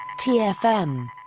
TFM